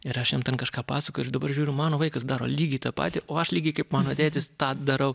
ir aš jam ten kažką pasakoju aš dabar žiūriu mano vaikas daro lygiai tą patį o aš lygiai kaip mano tėtis tą darau